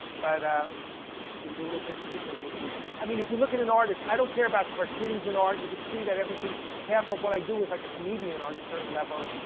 but it was a little bit different in these. i mean if you look at an artist, i don't care about cartoons in art. you could see that everything, half of what i do is like a comedian on a certain level.